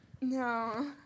No